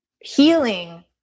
healing